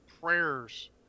prayers